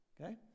Okay